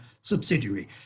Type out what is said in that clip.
subsidiary